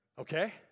Okay